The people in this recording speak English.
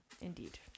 Indeed